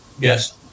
Yes